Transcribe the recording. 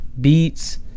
beats